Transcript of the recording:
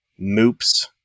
Moops